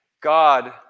God